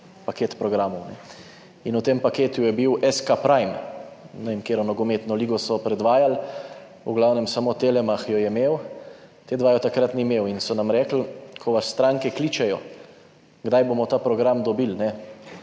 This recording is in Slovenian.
paket programov, in v tem paketu je bil SK Prime, ne vem, katero nogometno ligo so predvajali. V glavnem, samo Telemach jo je imel, T-2 je takrat ni imel, in so nam rekli, ko vas stranke kličejo, kdaj bomo ta program dobili,